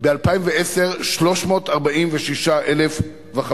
וב-2010 זה 346,500 ש"ח.